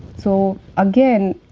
so again,